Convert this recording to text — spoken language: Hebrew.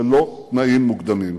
ללא תנאים מוקדמים.